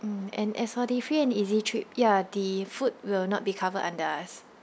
mm and as for the free and easy trip ya the food will not be covered under us